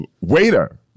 Waiter